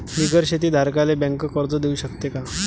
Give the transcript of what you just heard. बिगर शेती धारकाले बँक कर्ज देऊ शकते का?